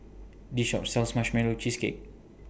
This Shop sells Marshmallow Cheesecake